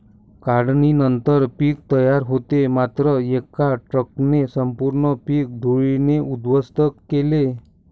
काढणीनंतर पीक तयार होते मात्र एका ट्रकने संपूर्ण पीक धुळीने उद्ध्वस्त केले